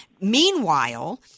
Meanwhile